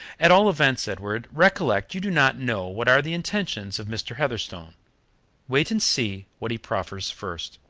at all events, edward, recollect you do not know what are the intentions of mr. heatherstone wait and see what he proffers first.